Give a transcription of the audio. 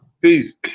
Peace